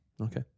Okay